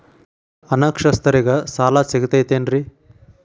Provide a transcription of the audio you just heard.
ಅನಕ್ಷರಸ್ಥರಿಗ ಸಾಲ ಸಿಗತೈತೇನ್ರಿ?